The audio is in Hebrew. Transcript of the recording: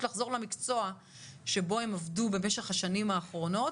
לחזור למקצוע שבו הם עבדו במשך השנים האחרונות,